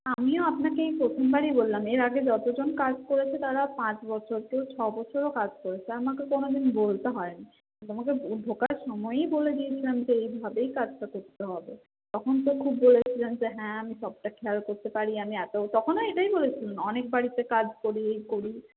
আমিও আপনাকে এই প্রথমবারই বললাম এর আগে যতজন কাজ করেছে তারা পাঁচ বছর কেউ ছবছরও কাজ করেছে আমাকে কোনোদিন বলতে হয়নি তোমাকে ঢোকার সময়ই বলে দিয়েছিলাম যে এইভাবেই কাজটা করতে হবে তখন তো খুব বলেছিলেন যে হ্যাঁ আমি সবটা খেয়াল করতে পারি আমি এত তখনও এটাই বলেছিলেন অনেক বাড়িতে কাজ করি এই করি